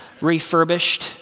refurbished